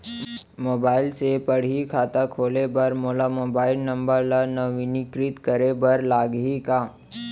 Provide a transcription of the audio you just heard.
Mobile से पड़ही खाता खोले बर मोला मोबाइल नंबर ल नवीनीकृत करे बर लागही का?